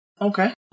Okay